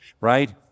Right